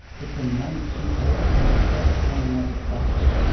that the nancy poets may scratch one another's backs,